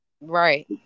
Right